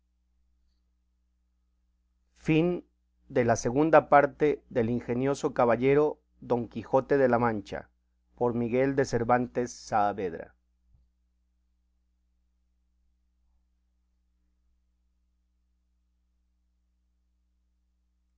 libro de la segunda parte del ingenioso caballero don quijote de la mancha por miguel de cervantes saavedra